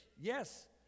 Yes